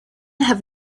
have